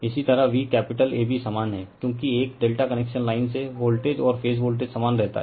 इसी तरह V capital AB समान हैं क्योंकि एक ∆ कनेक्शन लाइन से वोल्टेज और फेज वोल्टेज समान रहता है